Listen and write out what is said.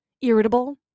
irritable